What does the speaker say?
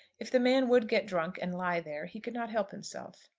if the man would get drunk and lie there, he could not help himself.